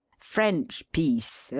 french piece,